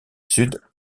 sud